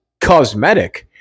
cosmetic